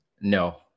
No